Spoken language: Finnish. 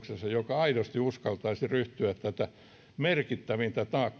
aidosti uskaltaisi ryhtyä tätä merkittävintä taakkaa joka rasittaa